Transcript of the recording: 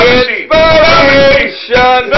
inspiration